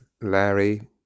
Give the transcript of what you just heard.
Larry